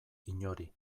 inori